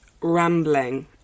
rambling